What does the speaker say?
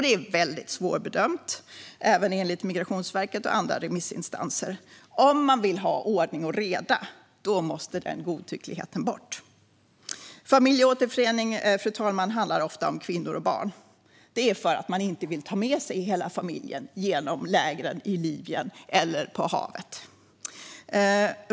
Det är väldigt svårbedömt även enligt Migrationsverket och andra remissinstanser. Om man vill ha ordning och reda måste den godtyckligheten bort. Fru talman! Familjeåterförening handlar ofta om kvinnor och barn. Det är för att man inte vill ta med sig hela familjen genom lägren i Libyen eller på havet.